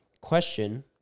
Question